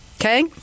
okay